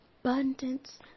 Abundance